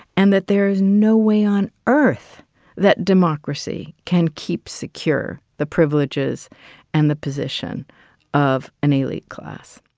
and that there is no way on earth that democracy can keep secure the privileges and the position of an elite class.